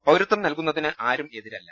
പൌരത്വം നൽകു ന്നതിന് ആരും എതിരല്ല